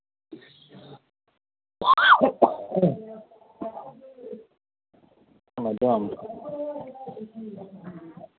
madam